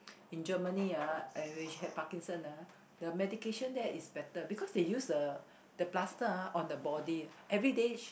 in Germany ah and when she had Parkinson ah the medication there is better because they use the the plaster ah on the body everyday she